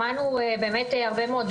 שמענו באמת הרבה מאוד